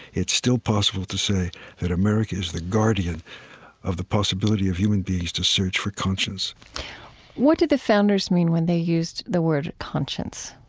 it's still possible to say that america is the guardian of the possibility of human beings to search for conscience what did the founders mean when they used the word conscience?